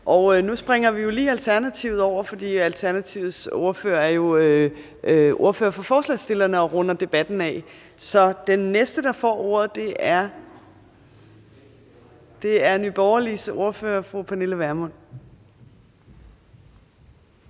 nu springer vi jo lige Alternativet over, fordi Alternativets ordfører jo er ordfører for forslagsstillerne og runder debatten af. Så den næste, der får ordet, er Nye Borgerliges ordfører, fru Pernille Vermund.